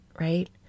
right